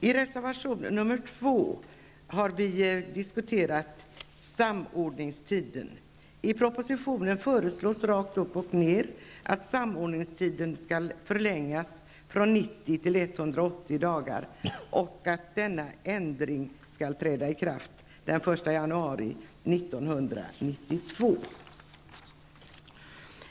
I reservation 2 har vi diskuterat samordningstiden. I propositionen föreslås rakt upp och ned att samordningstiden skall förlängas från 90 till 180 dagar och att denna ändring skall träda i kraft den 1 januari 1992.